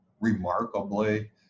remarkably